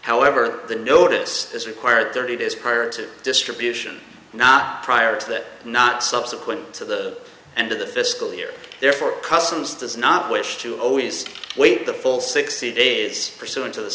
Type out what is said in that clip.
however the notice is required thirty days prior to distribution not prior to that not subsequent to the end of the fiscal year therefore cousins does not wish to always wait the full sixty days pursuant to the